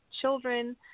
children